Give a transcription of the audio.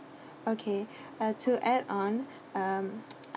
okay uh to add on um